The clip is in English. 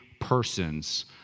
persons